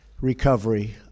recovery